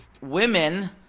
women